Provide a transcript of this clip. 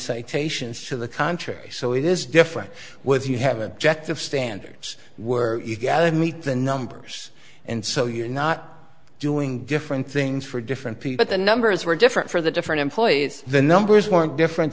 citations to the contrary so it is different with you have objective standards were you got to meet the numbers and so you're not doing different things for different people the numbers were different for the different employees the numbers weren't different